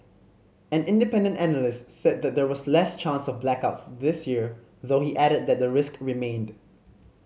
an independent analyst said that there was less chance of blackouts this year though he added that the risk remained